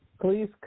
please